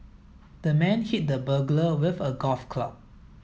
the man hit the burglar with a golf club